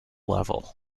level